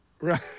right